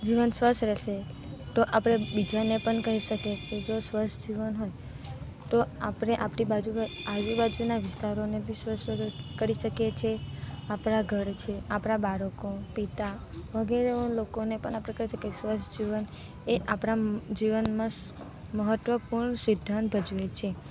જીવન સ્વસ્થ રહેશે તો આપણે બીજાને પણ કહી શકીએ કે જો સ્વસ્થ જીવન હોય તો આપણે આપણી આજુબાજુ ના વિસ્તારોને બી સ્વસ્થ કરી શકીએ છીએ આપણાં ઘર છે આપણાં બાળકો પિતા વગેરે લોકોને પણ આપણે કહીએ છે કે સ્વસ્થ જીવન એ આપણાં જીવનમાં મહત્વપૂર્ણ સિદ્ધાંત ભજવે છે